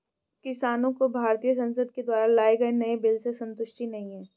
किसानों को भारतीय संसद के द्वारा लाए गए नए बिल से संतुष्टि नहीं है